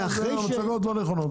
לא, המצגות לא נכונות.